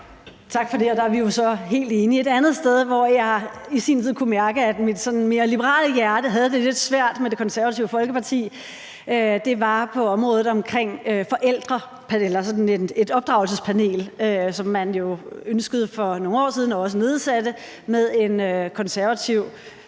Tak for det. Der er vi jo så helt enige. Et andet sted, hvor jeg i sin tid kunne mærke, at mit sådan mere liberale hjerte havde det lidt svært med Det Konservative Folkeparti, var på området omkring et forældrepanel, altså sådan et opdragelsespanel, som man jo ønskede for nogle år siden og også nedsatte med en konservativ